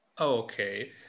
okay